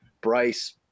bryce